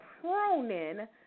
pruning